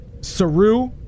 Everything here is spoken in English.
Saru